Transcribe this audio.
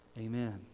amen